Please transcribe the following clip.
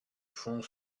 fond